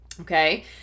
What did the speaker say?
Okay